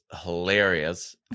hilarious